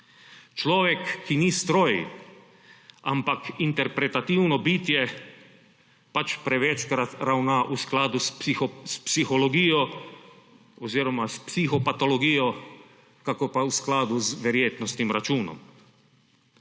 Človek, ki ni stroj, ampak interpretativno bitje, večkrat ravna v skladu s psihologijo oziroma s psihopatalogijo kakor pa v skladu z verjetnostim računom.